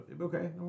Okay